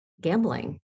gambling